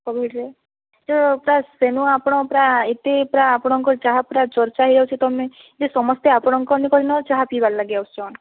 କୋଭିଡ଼୍ରେ ତ ପ୍ରାୟ ସେନୁ ଆପଣ ପ୍ରାୟ ଏତେ ପ୍ରାୟ ଆପଣଙ୍କ ଚାହା ପୂରା ଚର୍ଚ୍ଚା ହେଇଯାଉଛି ତମେ ବି ସମସ୍ତେ ଆପଣଙ୍କ ନିକନୁ ଚାହା ପଇବା ଲାଗି ଆସୁଛନ୍